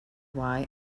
why